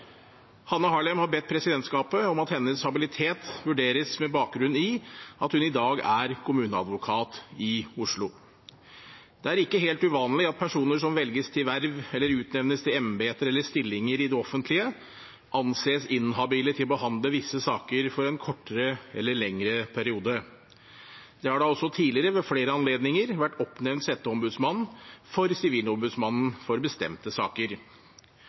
Hanne Harlem har bedt presidentskapet om at hennes habilitet vurderes med bakgrunn i at hun i dag er kommuneadvokat i Oslo. Det er ikke helt uvanlig at personer som velges til verv eller utnevnes til embeter eller stillinger i det offentlige, anses inhabile til å behandle visse saker for en kortere eller lengre periode. Det har da også tidligere ved flere anledninger vært oppnevnt setteombudsmann for sivilombudsmannen for bestemte saker.